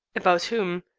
about whom?